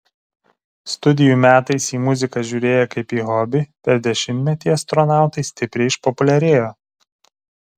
studijų metais į muziką žiūrėję kaip į hobį per dešimtmetį astronautai stipriai išpopuliarėjo